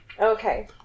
Okay